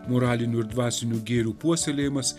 moralinių ir dvasinių gėrių puoselėjimas